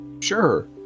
sure